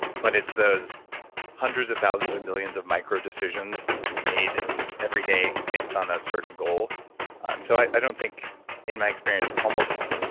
but it's those hundreds or thousands or millions of micro decisions made every day based on a certain goal and so i don't think in my experience, almost,